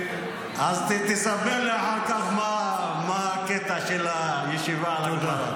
אז תספר לי אחר כך מה הקטע של הישיבה על הגמרא.